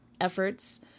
efforts